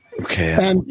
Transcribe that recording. okay